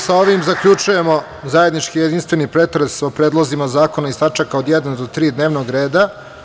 Sa ovim zaključujemo zajednički jedinstveni pretres o predlozima zakona iz tačka od jedan do tri dnevnog reda.